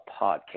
podcast